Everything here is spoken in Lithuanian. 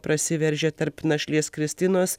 prasiveržė tarp našlės kristinos